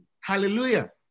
Hallelujah